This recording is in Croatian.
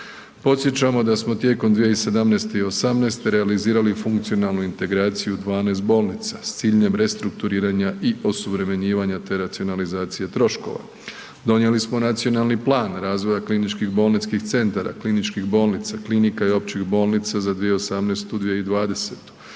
Podsjećamo da smo tijekom 2017. i '18.-te realizirali funkcionalnu integraciju 12 bolnica s ciljem restrukturiranja i osuvremenjivanja, te racionalizacije troškova. Donijeli smo nacionalni plan razvoja kliničkih bolničkih centara, kliničkih bolnica, klinika i općih bolnica za 2018.-2020. kojim